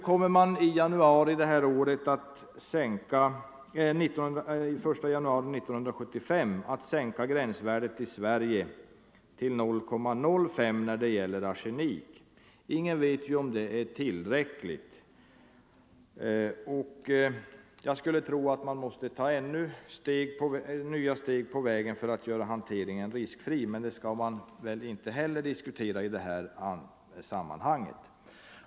Den 1 januari 1975 sänks gränsvärdet när det gäller arsenik till 0,05 milligram. Ingen vet om det är tillräckligt. Jag skulle tro att man måste ta ännu ett steg för att göra hanteringen riskfri. Men det skall vi kanske inte heller diskutera i det här sammanhanget.